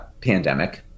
pandemic